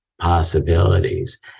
Possibilities